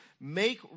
Make